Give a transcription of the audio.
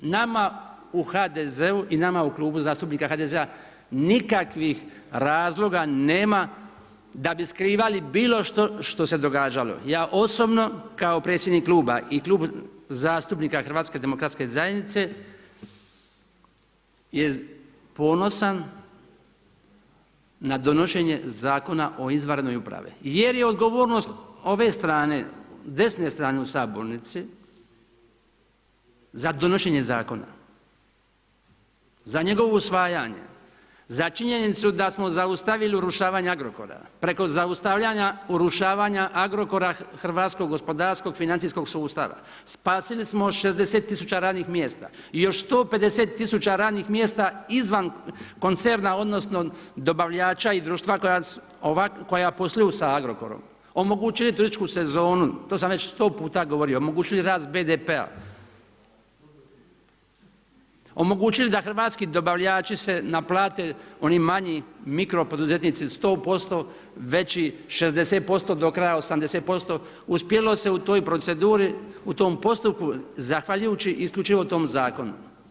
Nama u HDZ-u i nama u Klubu zastupnika HDZ-a nikakvih razloga nema da bi skrivali bilo što što se događalo, ja osobno kao predsjednik kluba i Kluba zastupnika Hrvatske demokratske zajednice je ponosan na donošenje Zakona o izvanrednoj upravi jer je odgovornost ove strane, desne strane u sabornici za donošenje zakona, za njegovo usvajanje, za činjenicu da smo zaustavili urušavanje Agrokora, preko zaustavljanja urušavanja Agrokora hrvatskog gospodarskog, financijskog sustava, spasili smo 60 000 radnih mjesta i još 150 000 radnih mjesta izvan koncerna, odnosno dobavljača i društva koja posluju sa Agrokorom, omogućili turističku sezonu, to sam već sto puta govorio, omogućili rast BDP-a, omogući da hrvatski dobavljači se naplate, oni manji mikropoduzetnici 100%, veći 60%, do kraja 80%, uspjelo se u toj proceduri, u tom postupku zahvaljujući isključivo tom zakonu.